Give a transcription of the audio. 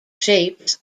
shapes